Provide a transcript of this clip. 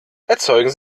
erzeugen